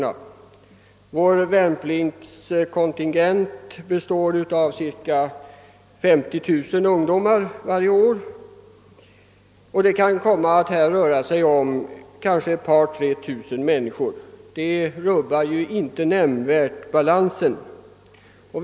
Den årliga värnpliktskontingenten består av cirka 50 000 ungdomar, och det kan komma att röra sig om ett par, tre tusen människor som inte vill göra vapentjänst. Det rubbar ju inte balansen nämnvärt.